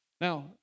Now